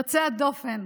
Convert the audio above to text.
יוצאי הדופן,